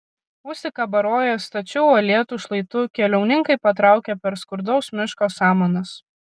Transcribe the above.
užsikabaroję stačiu uolėtu šlaitu keliauninkai patraukė per skurdaus miško samanas